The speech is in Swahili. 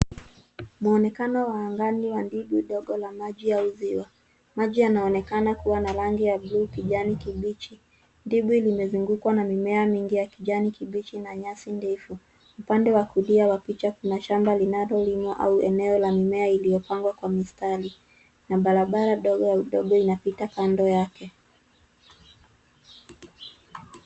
Mwonekano wa angani wa dimbwi dogo la maji au ziwa. Maji yanaonekana kuwa na rangi ya buluu kijani kibichi. Dimbwi limezungukwa na mimea mingi ya kijani kibichi na nyasi ndefu. Upande wa kulia wa picha, kuna shamba linalolimwa au eneo la mimea iliyopangwa kwa mistari na barabara dogo ya udongo inapita kando yake.